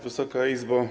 Wysoka Izbo!